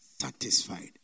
Satisfied